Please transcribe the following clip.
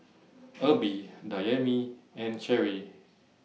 Erby Dayami and Cheri